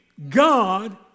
God